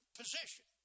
position